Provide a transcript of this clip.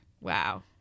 Wow